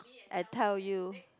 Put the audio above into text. I tell you